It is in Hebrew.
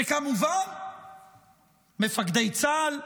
וכמובן מפקדי צה"ל,